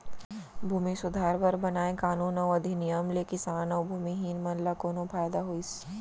भूमि सुधार बर बनाए कानून अउ अधिनियम ले किसान अउ भूमिहीन मन ल कोनो फायदा होइस?